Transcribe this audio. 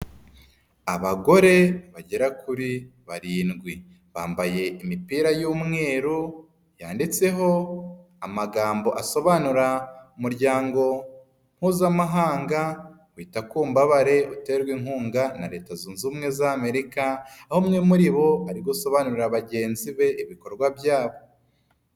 Abagore bagera kuri barindwi bambaye imipira y'umweru yanditseho amagambo asobanura umuryango mpuzamahanga wita kumbabare uterwa inkunga na Leta Zunze Ubumwe z'Amerika aho umwe muri bo ari gusobanurira bagenzi be ibikorwa byabo.